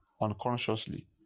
unconsciously